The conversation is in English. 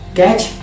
catch